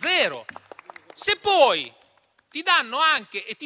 zero. Se poi ti